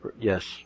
yes